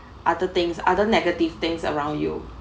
other things other negative things around you